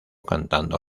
cantando